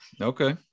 Okay